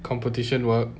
competition work